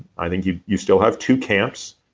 i think you you still have two camps,